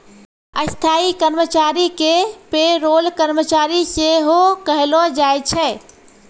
स्थायी कर्मचारी के पे रोल कर्मचारी सेहो कहलो जाय छै